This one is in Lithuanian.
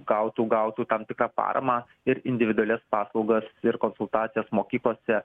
gautų gautų tam tikrą paramą ir individualias paslaugas ir konsultacijas mokyklose